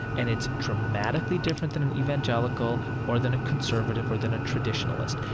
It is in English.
and it's dramatically different than an evangelical or than a conservative or than a traditionalist.